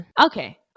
okay